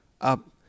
up